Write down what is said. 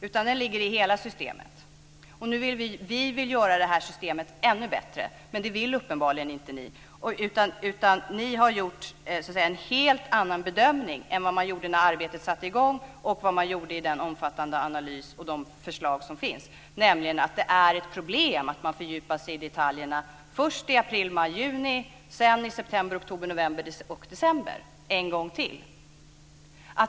Den ligger i hela systemet. Vi vill göra systemet ändå bättre. Det vill uppenbarligen inte ni. Ni har gjort en helt annan bedömning än vad man gjorde när arbetet satte i gång och vad man gjorde i den omfattande analys i de förslag som finns, nämligen att det är ett problem att man fördjupar sig i detaljerna först i april, maj och juni sedan även i september, oktober, november och december.